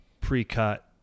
Pre-cut